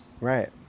Right